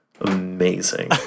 amazing